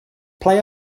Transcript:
play